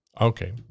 Okay